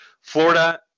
florida